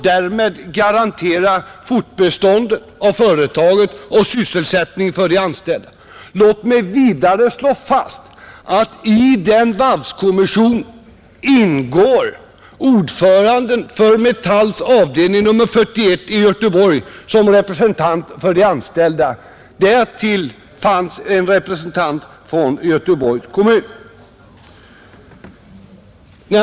Därmed garanterar man fortbeståndet av företaget och sysselsättningen för de anställda, Låt mig vidare slå fast att i den varvskommissionen ingår ordföranden i Metalls avdelning 41 i Göteborg som representant för de anställda. Därutöver finns en representant för Göteborgs kommun.